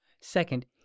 Second